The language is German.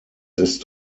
ist